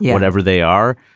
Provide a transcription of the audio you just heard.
yeah whatever they are,